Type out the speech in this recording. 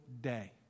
day